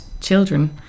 children